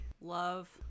Love